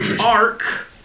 arc